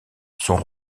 sont